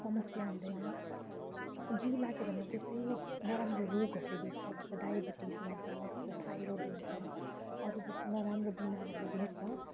समस्या हुँदैन जिउ लाग्यो भनेर त्यसै नराम्रो रोगहरूले भेट्छ जस्तो डायबेटिज हुन्छ जस्तो थाइरोइड हुन्छ अरू जस्तो नराम्रो बिमारहरूले भेट्छ